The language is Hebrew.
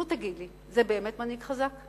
נו, תגיד לי, זה באמת מנהיג חזק?